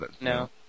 No